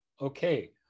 Okay